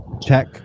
check